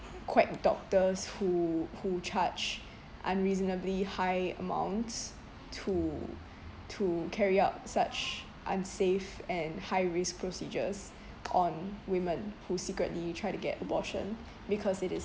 quack doctors who who charge unreasonably high amounts to to carry out such unsafe and high risk procedures on women who secretly try to get abortion because it is